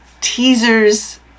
teasers